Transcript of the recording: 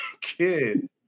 kid